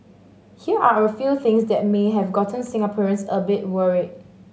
here are a few things that may have gotten Singaporeans a bit worried